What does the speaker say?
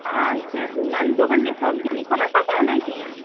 আচ্ছা আচ্ছা আর দোকান কি সব দিনই খোলা থাকে না কি